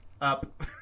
up